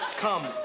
Come